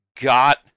got